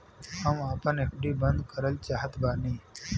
हम आपन एफ.डी बंद करल चाहत बानी